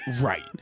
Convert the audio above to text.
Right